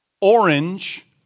orange